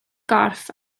gorff